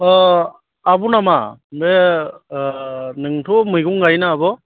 अ आब' नामा ओमफ्रायो नोंथ' मैगं गायोना आब'